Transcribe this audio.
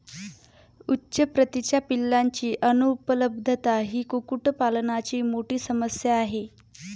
उच्च प्रतीच्या पिलांची अनुपलब्धता ही कुक्कुटपालनाची मोठी समस्या आहे